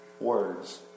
words